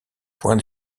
point